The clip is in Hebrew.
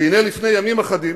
והנה, לפני ימים אחדים